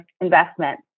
investment